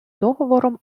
договором